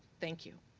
thank you.